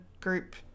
group